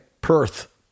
Perth